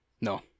No